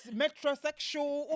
metrosexual